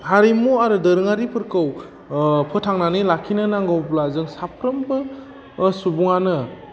हारिमु आरो दोरोङारिफोरखौ फोथांनानै लाखिनो नांगौब्ला जों साफ्रोमबो सुबुङानो